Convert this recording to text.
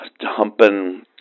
humping